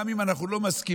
גם אם אנחנו לא מסכימים,